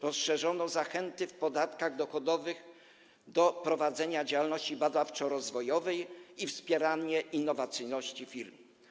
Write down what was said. Rozszerzono zachęty w podatkach dochodowych w przypadku prowadzenia działalności badawczo-rozwojowej i wspierania innowacyjności firm.